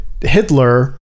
hitler